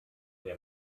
der